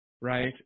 right